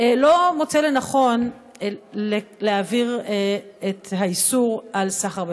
לא מוצא לנכון להעביר את האיסור של סחר בפרוות?